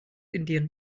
indien